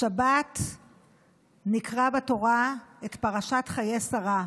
השבת נקרא בתורה את פרשת חיי שרה.